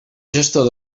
gestor